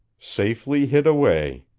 safely hid away.